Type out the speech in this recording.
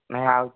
ନାହିଁ ଆଉ